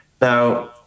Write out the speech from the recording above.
Now